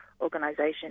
organisation